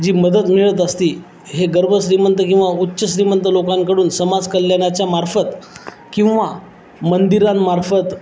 जी मदत मिळत असते हे गर्भश्रीमंत किंवा उच्चश्रीमंत लोकांकडून समाज कल्याणाच्या मार्फत किंवा मंदिरांमार्फत